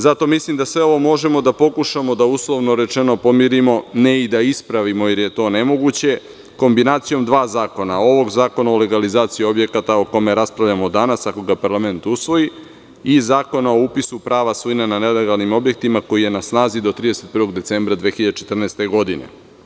Zato mislim da sve ovo možemo da pokušamo da, uslovno rečeno, pomirimo, ne i da ispravimo, jer je to nemoguće, kombinacijom dva zakona – ovog zakona o legalizaciji objekata o kome raspravljamo danas, ako ga parlament usvoji, i Zakona o upisu prava svojine na nelegalnim objektima, koji je na snazi do 31. decembra 2014. godine.